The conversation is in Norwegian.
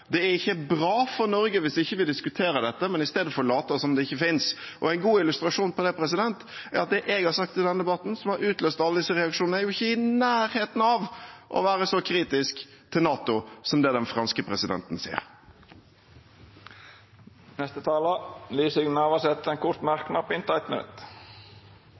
Det er ikke bra for Norge hvis vi ikke diskuterer dette, men i stedet later som om det ikke finnes. En god illustrasjon på det er at det jeg har sagt i denne debatten, som har utløst alle disse reaksjonene, ikke er i nærheten av å være så kritisk til NATO som det den franske presidenten har sagt. Representanten Liv Signe Navarsete har hatt ordet to gonger tidlegare og får ordet til ein kort merknad, avgrensa til 1 minutt.